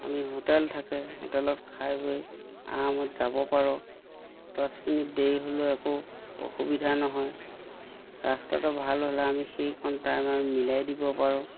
আমি হোটেল থাকে হোটেলত খাই বৈ আৰামত যাব পাৰোঁ দহ মিনিট দেৰি হ'লেও একো অসুবিধা নহয় ৰাস্তাটো ভাল হ'লে আমি সেইকণ টাইম আমি মিলাই দিব পাৰোঁ